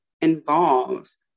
involves